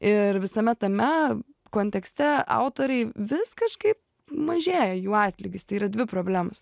ir visame tame kontekste autoriai vis kažkaip mažėja jų atlygis tai yra dvi problemos